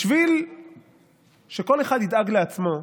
בשביל שכל אחד ידאג לעצמו,